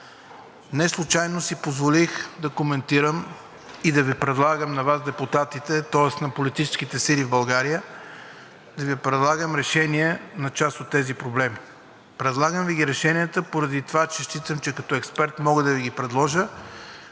Неслучайно си позволих да коментирам и да Ви предлагам на Вас, депутатите, тоест на политическите сили в България, да Ви предлагам решения на част от тези проблеми. Предлагам Ви решенията, поради това че считам, че като експерт мога да Ви ги предложа,